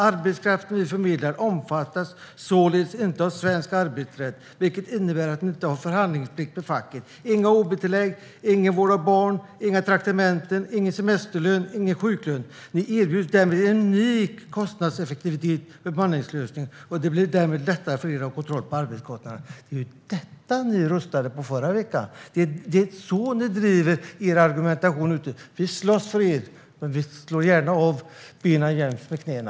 Arbetskraften man förmedlar omfattas således inte av svensk arbetsrätt, vilket innebär att arbetsgivaren inte har förhandlingsplikt gentemot facket. Inga ob-tillägg, ingen vård av barn, inga traktamenten, ingen semesterlön, ingen sjuklön. Arbetsgivaren erbjuds därmed en unik, kostnadseffektiv bemanningslösning, och det blir lättare för arbetsgivaren att ha kontroll på arbetskostnaderna. Det är ju detta ni röstade på förra veckan! Det är så ni driver er argumentation. Vi slåss för er, men vi slår gärna av benen jäms med knäna!